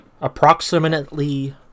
Approximately